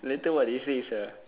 later what they say sia